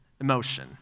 emotion